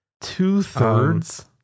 Two-thirds